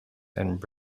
and